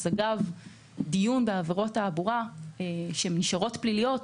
אגב דיון בעבירות תעבורה שנשארות פליליות,